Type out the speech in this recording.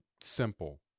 simple